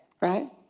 right